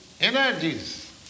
energies